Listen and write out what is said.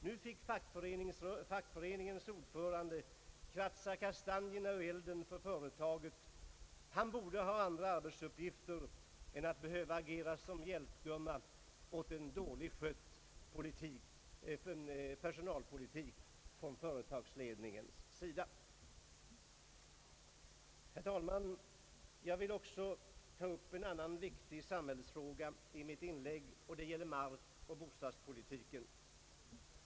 Nu fick fackföreningens ordförande krafsa kastanjerna ur elden åt företaget. Han borde ha andra arbetsuppgifter och inte behöva agera som hjälpgumma åt företagsledningen på grund av en dåligt skött personalpolitik. Jag vill ta upp en annan viktig samhällsfråga i mitt inlägg. Det gäller markoch bostadspolitiken.